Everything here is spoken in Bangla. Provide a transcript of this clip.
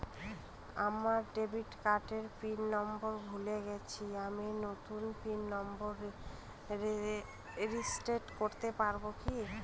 আমার ডেবিট কার্ডের পিন নম্বর ভুলে গেছি আমি নূতন পিন নম্বর রিসেট করতে পারবো কি?